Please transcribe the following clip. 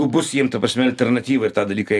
bus jiem ta prasme alternatyva ir tą dalyką